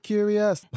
Curious